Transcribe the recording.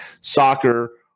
soccer